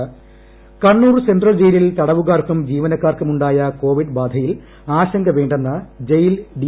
Kannur Viyyur jail Kannur central ജയിലിൽ തടവുകാർക്കും ജീവനക്കാർക്കുമു ണ്ടായ കോവിഡ് ബാധയിൽ ആശങ്ക വേണ്ടെന്ന് ജയിൽ ഡി